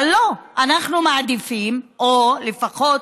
אבל לא, אנחנו מעדיפים, או לפחות